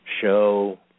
show